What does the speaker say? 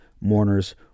mourners